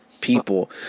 people